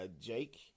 Jake